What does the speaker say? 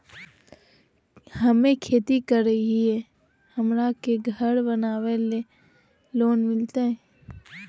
हमे खेती करई हियई, हमरा के घर बनावे ल लोन मिलतई?